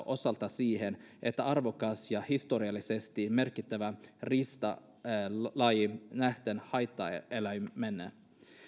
osaltaan siihen että arvokas ja historiallisesti merkittävä riistalaji nähdään haittaeläimenä